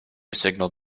signal